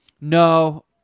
No